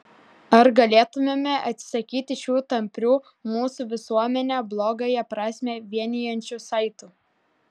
ar galėtumėme atsisakyti šių tamprių mūsų visuomenę blogąją prasme vienijančių saitų